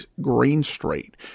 Greenstreet